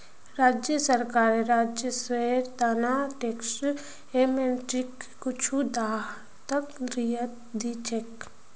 राज्य सरकार राजस्वेर त न टैक्स एमनेस्टीत कुछू हद तक रियायत दी छेक